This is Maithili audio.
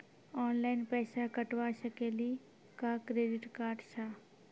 ऑनलाइन पैसा कटवा सकेली का क्रेडिट कार्ड सा?